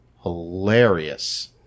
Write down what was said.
hilarious